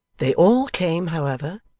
they all came, however,